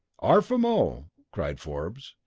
arf a mo cried forbes.